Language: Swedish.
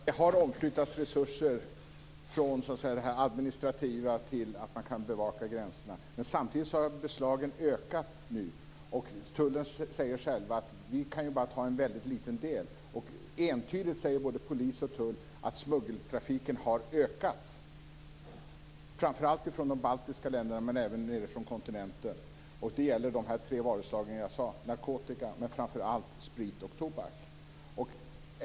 Fru talman! Det har omflyttats resurser från det administrativa till gränsbevakningen. Samtidigt har beslagen ökat. Tullen säger själv att den bara kan ta en väldigt liten del. Entydigt säger både polis och tull att smuggeltrafiken har ökat, framför allt från de baltiska länderna men även från kontinenten. Det gäller de varuslag jag nämnde: narkotika, sprit och tobak.